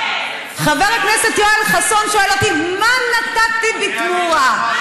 חבר הכנסת יואל חסון שואל אותי מה נתתי בתמורה.